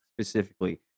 specifically